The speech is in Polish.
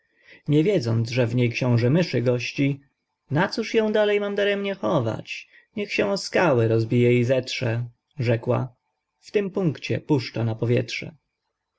nie wiedząc że w niej xiążę myszy gości na cóż ją dalej mam daremnie chować niech się o skały rozbije i zetrze rzekła w tym punkcie puszcza na powietrze